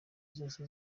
zose